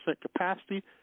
capacity